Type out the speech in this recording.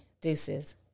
Deuces